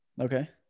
okay